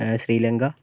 Sri Lanka